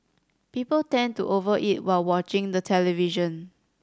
people tend to over eat while watching the television